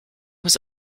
was